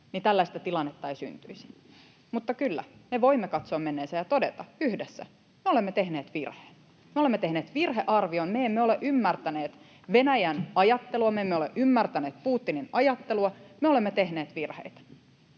osallisena tätä sotaa, ei syntyisi, mutta kyllä, me voimme katsoa menneeseen ja todeta yhdessä: Me olemme tehneet virheen. Me olemme tehneet virhearvion. Me emme ole ymmärtäneet Venäjän ajattelua. Me emme ole ymmärtäneet Putinin ajattelua. Me olemme tehneet virheitä.